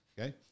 Okay